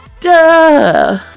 duh